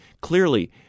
Clearly